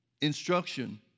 instruction